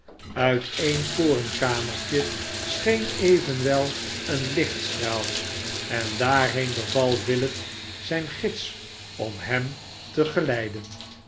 uit e'en torenkamertje scheen evenwel een lichtstraal en daarheen beval willet zijn gids omhem te leiden